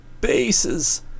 bases